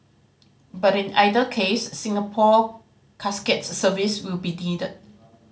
but in either case Singapore Casket's services will be